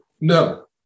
no